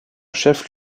chef